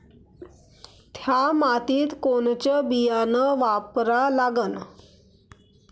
थ्या मातीत कोनचं बियानं वापरा लागन?